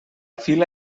fila